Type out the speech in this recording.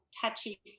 touchy